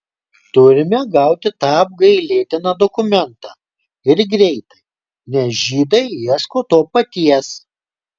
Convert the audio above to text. turime gauti tą apgailėtiną dokumentą ir greitai nes žydai ieško to paties